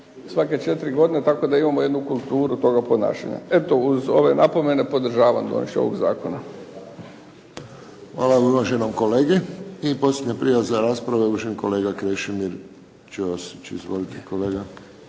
svake četiri godine tako da imamo jednu kulturu toga ponašanja. Eto, uz ove napomene podržavam donošenje ovog zakona. **Friščić, Josip (HSS)** Hvala uvaženom kolegi. I posljednja prijava za raspravu je uvaženi kolega Krešimir Ćosić. Izvolite kolega.